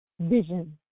vision